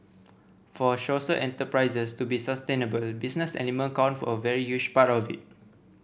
for social enterprises to be sustainable business element count for a very huge part of it